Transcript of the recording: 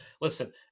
listen